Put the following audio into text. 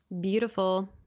Beautiful